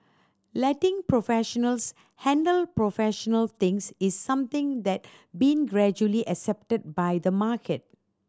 letting professionals handle professional things is something that's being gradually accepted by the market